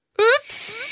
Oops